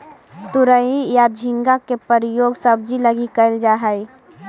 तुरई या झींगा के प्रयोग सब्जी लगी कैल जा हइ